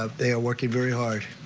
ah they are working very hard.